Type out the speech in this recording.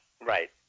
Right